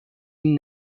این